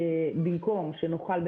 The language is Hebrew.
במקום שנוכל,